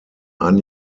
ein